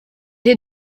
est